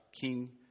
king